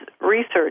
research